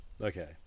Okay